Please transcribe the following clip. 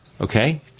Okay